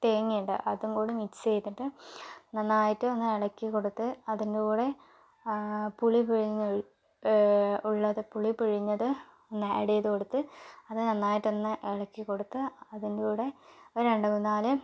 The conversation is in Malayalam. തേങ്ങയുണ്ട് അതുംകൂടെ മിക്സ് ചെയ്തിട്ട് നന്നായിട്ട് ഒന്ന് ഇളക്കിക്കൊടുത്ത് അതിൻ്റെകൂടെ പുളി പിഴിഞ്ഞ് ഉള്ളത് പുളി പിഴിഞ്ഞത് ഒന്ന് ഏഡ്ഡ് ചെയ്ത് കൊടുത്ത് അത് നന്നയിട്ടൊന്ന് ഇളക്കിക്കൊടുത്ത് അതിൻ്റെ കൂടെ ഒര് രണ്ട് മൂന്നാല്